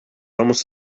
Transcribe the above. almost